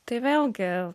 tai vėlgi